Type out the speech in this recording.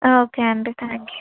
okay అండి thank you